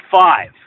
five